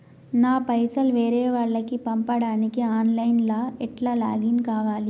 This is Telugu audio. నా పైసల్ వేరే వాళ్లకి పంపడానికి ఆన్ లైన్ లా ఎట్ల లాగిన్ కావాలి?